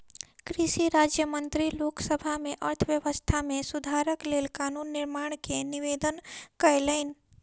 कृषि राज्य मंत्री लोक सभा में अर्थव्यवस्था में सुधारक लेल कानून निर्माण के निवेदन कयलैन